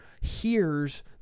hears